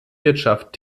wirtschaft